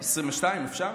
22 אפשר?